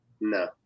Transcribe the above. No